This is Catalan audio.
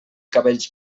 cabells